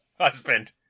husband